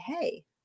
Hey